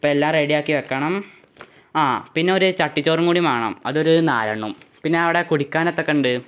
അപ്പോള് എല്ലാം റെഡിയാക്കി വയ്ക്കണം ആ പിന്നെ ഒരു ചട്ടി ചോറും കൂടി വേണം അതൊരു നാലെണ്ണം പിന്നെ അവിടെ കുടിക്കാന് എന്തൊക്കെയുണ്ട്